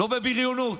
לא בבריונות.